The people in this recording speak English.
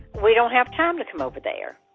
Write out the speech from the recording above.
we don't have time to come over there.